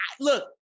look